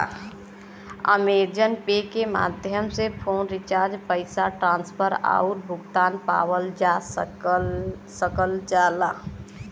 Amazon Pay के माध्यम से फ़ोन रिचार्ज पैसा ट्रांसफर आउर भुगतान पावल जा सकल जाला